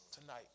tonight